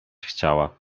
chciała